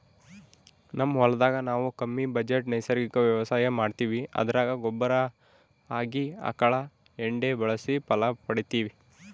ನಮ್ ಹೊಲದಾಗ ನಾವು ಕಮ್ಮಿ ಬಜೆಟ್ ನೈಸರ್ಗಿಕ ವ್ಯವಸಾಯ ಮಾಡ್ತೀವಿ ಅದರಾಗ ಗೊಬ್ಬರ ಆಗಿ ಆಕಳ ಎಂಡೆ ಬಳಸಿ ಫಲ ಪಡಿತಿವಿ